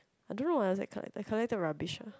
I don't know lah I collected rubbish lah